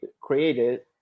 created